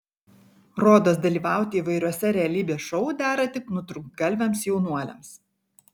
rodos dalyvauti įvairiuose realybės šou dera tik nutrūktgalviams jaunuoliams